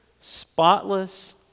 spotless